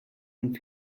and